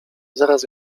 zaraz